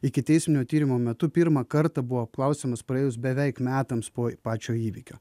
ikiteisminio tyrimo metu pirmą kartą buvo apklausiamas praėjus beveik metams po pačio įvykio